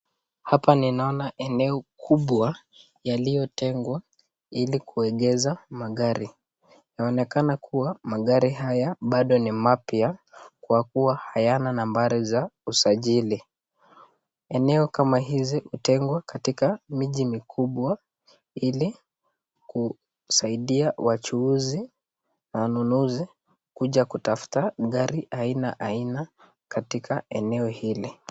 Hapa ninaona eneo kubwa lililotengwa ili kuegesha magari. Yaonekana kuwa magari haya bado ni mapya kwa kuwa hayana nambari za usajili. Eneo kama hizi hutengwa katika miji mikubwa ili kusaidia wachuuzi na wanunuzi kuja kutafuta gari aina aina katika eneo hili.